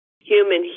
human